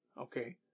Okay